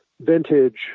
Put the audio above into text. vintage